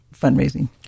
fundraising